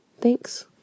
Thanks